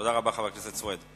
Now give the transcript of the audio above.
תודה רבה, חבר הכנסת סוייד.